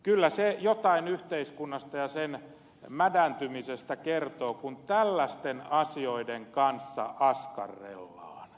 kyllä se jotain yhteiskunnasta ja sen mädäntymisestä kertoo kun tällaisten asioiden kanssa askarrellaan